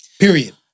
Period